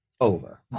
over